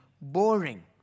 boring